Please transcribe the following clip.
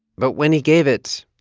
but when he gave it,